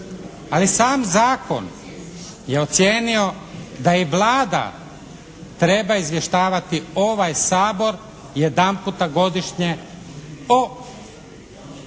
Ali sam zakon je ocijenio da i Vlada treba izvještavati ovaj Sabor jedanputa godišnje o